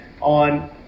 on